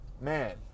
man